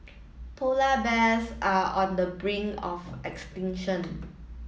polar bears are on the brink of extinction